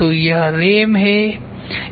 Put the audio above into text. तो यह रैम है ये एक अन्य हार्डवेयर हैं